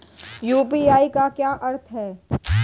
UPI का क्या अर्थ है?